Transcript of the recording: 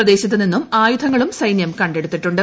പ്രദേശത്തു നിന്നും ആയുധങ്ങളും സൈന്യം കണ്ടെടുത്തിട്ടുണ്ട്